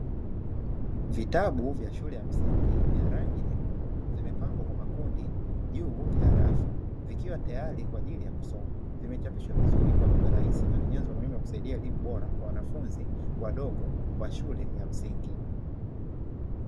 Vitabu vya shule ya msingi vya rangi nyekundu vimepangwa kwa makundi juu ya rafu vikiwa tayari kwa ajili ya kusomwa. Vimechapishwa vizuri kwa lugha rahisi na ni nyenzo muhimu ya kusaidia elimu bora kwa wanafunzi wadogo wa shule ya msingi.